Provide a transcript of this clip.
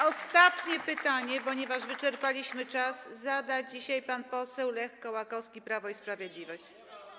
Ostatnie pytanie, ponieważ wyczerpaliśmy czas, zada dzisiaj pan poseł Lech Kołakowski, Prawo i Sprawiedliwość.